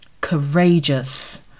courageous